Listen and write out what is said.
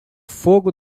fogo